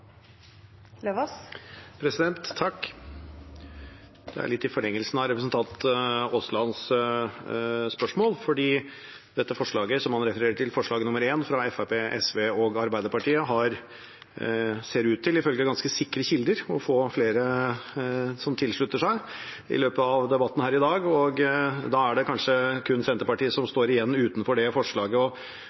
litt i forlengelsen av representanten Aaslands spørsmål. For det forslaget som han refererer til, forslag nr. 1, fra Fremskrittspartiet, SV og Arbeiderpartiet, ser det ut til ifølge ganske sikre kilder at flere vil tilslutte seg i løpet av debatten her i dag, og da er det kanskje kun Senterpartiet som står igjen utenfor det forslaget.